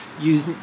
use